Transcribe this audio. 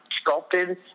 sculpted